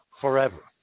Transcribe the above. forever